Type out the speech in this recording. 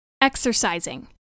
exercising